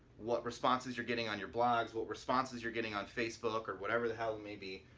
what responses you're getting on your blogs what responses you're getting on facebook or whatever the hell maybe?